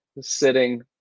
sitting